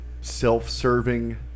self-serving